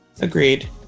Agreed